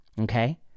Okay